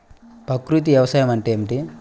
ప్రకృతి వ్యవసాయం అంటే ఏమిటి?